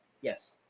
yes